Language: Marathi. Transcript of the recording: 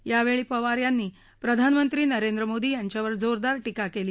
यावर्षी पवार यांनी प्रधानमंत्री नरेंद्र मोदी यांच्यावर जोरदार टीका कली